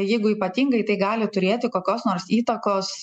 jeigu ypatingai tai gali turėti kokios nors įtakos